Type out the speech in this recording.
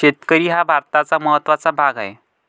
शेतकरी हा भारताचा महत्त्वाचा भाग आहे